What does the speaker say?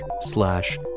slash